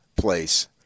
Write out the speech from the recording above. place